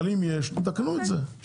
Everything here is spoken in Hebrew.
אבל אם יש תתקנו את זה,